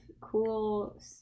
cool